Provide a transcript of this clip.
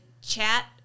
chat